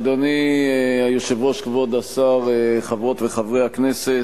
אדוני היושב-ראש, כבוד השר, חברות וחברי הכנסת,